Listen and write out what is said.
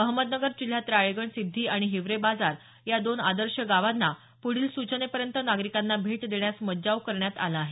अहमदनगर जिल्ह्यात राळेगण सिद्धी आणि हिवरे बाजार या दोन आदर्श गावांना पुढील सूचनेपर्यंत नागरिकांना भेट देण्यास मज्जाव करण्यात आला आहे